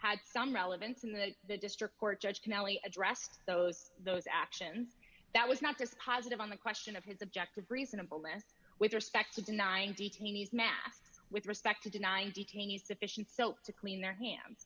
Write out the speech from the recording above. had some relevance in the district court judge can only addressed those those actions that was not dispositive on the question of his objective reasonableness with respect to denying detainees masks with respect to denying detainees sufficient so to clean their hands